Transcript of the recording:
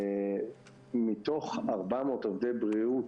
שמתוך 400 עובדי בריאות